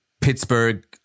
Pittsburgh